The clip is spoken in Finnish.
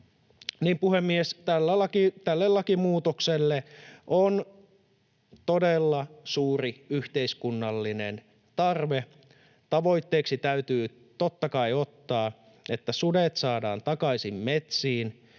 Puhemies! Tälle lakimuutokselle on todella suuri yhteiskunnallinen tarve. Tavoitteeksi täytyy totta kai ottaa, että sudet saadaan takaisin metsiin,